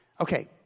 Okay